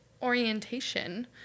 Orientation